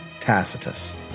Tacitus